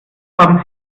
haben